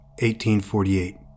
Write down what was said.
1848